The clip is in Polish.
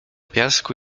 piasku